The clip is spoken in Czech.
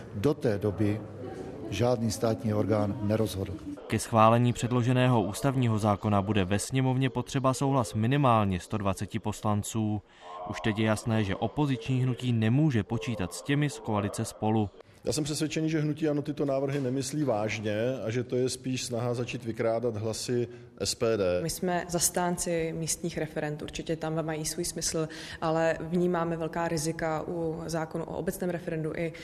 do té doby žádný státní orgán nerozhodl. Ke schválení předloženého ústavního zákona bude ve sněmovně potřeba souhlas minimálně 120 poslanců. Už teď je jasné, že opoziční hnutí nemůže počítat s těmi z koalice Spolu. Já jsem přesvědčený, že hnutí ANO tyto návrhy nemyslí vážně a že to je spíš snaha začít vykrádat hlasy SPD. My jsme zastánci místních referendů, určitě tam mají svůj smysl, ale vnímáme velká rizika u zákonu o obecném referendu i